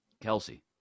Kelsey